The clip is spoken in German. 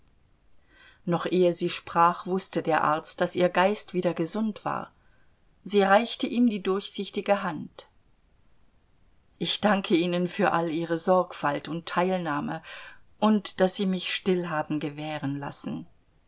noch ehe sie sprach wußte der arzt daß ihr geist wieder gesund war sie reichte ihm die durchsichtige hand ich danke ihnen für all ihre sorgfalt und teilnahme und daß sie mich still haben gewähren lassen